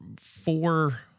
four